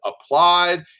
applied